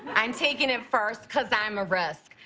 i'm taking it first because i'm a risk.